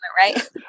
right